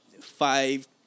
five